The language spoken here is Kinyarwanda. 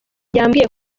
yambwiye